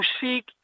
seek